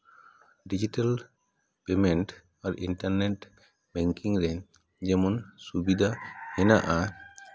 digital payment ᱟᱨ internet banking ᱨᱮ ᱡᱮᱢᱚᱱ ᱥᱩᱵᱤᱫᱷᱟ ᱢᱮᱱᱟᱜᱼᱟ